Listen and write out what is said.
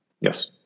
Yes